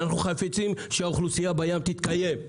אנחנו חפצים שאוכלוסיית הדגים בים תתקיים,